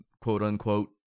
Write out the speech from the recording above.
quote-unquote